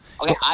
Okay